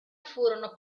furono